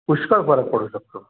पुष्कळ फरक पडू शकतो